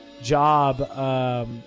job